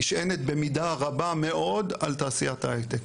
נשענת במידה רבה מאוד על תעשיית ההיי-טק,